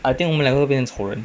I think 我们两个会变成仇人